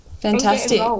Fantastic